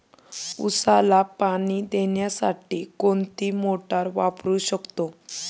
उसाला पाणी देण्यासाठी कोणती मोटार वापरू शकतो?